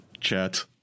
chat